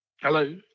Hello